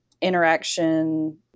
interaction